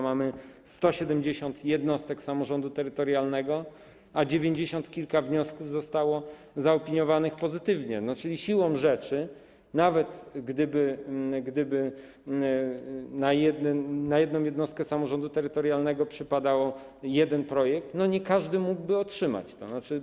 Mamy 170 jednostek samorządu terytorialnego, a dziewięćdziesiąt kilka wniosków zostało zaopiniowanych pozytywnie, czyli siłą rzeczy nawet gdyby na jedną jednostkę samorządu terytorialnego przypadał jeden projekt, to nie każdy mógłby otrzymać wsparcie.